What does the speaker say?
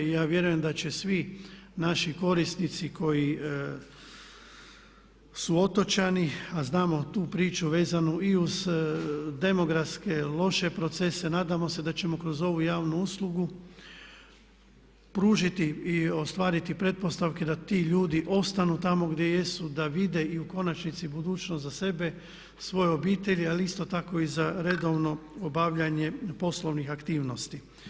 I ja vjerujem da će svi naši korisnici koji su otočani a znamo tu priču vezano i uz demografske loše procese, nadamo se da ćemo kroz ovu javnu uslugu pružiti i ostvariti pretpostavke da ti ljudi ostanu tamo gdje jesu, da vide i u konačnici budućnost za sebe, svoje obitelji ali isto tako i za redovno obavljanje poslovnih aktivnosti.